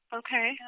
okay